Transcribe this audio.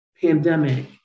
pandemic